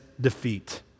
defeat